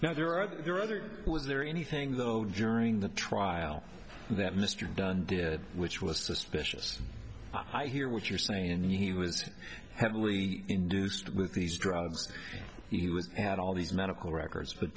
now there are other there are other was there anything though during the trial that mr dunn did which was suspicious i hear what you're saying he was heavily induced with these drugs he was at all these medical records but